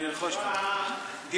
אני בא, הנה אני בא.